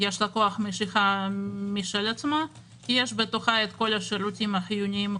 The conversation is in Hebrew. יש כוח משיכה משל עצמה כי יש בתוכה את כל השירותים החיוניים,